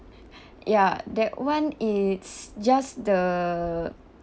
ya that one it's just the